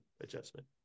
adjustment